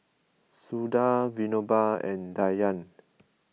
Suda Vinoba and Dhyan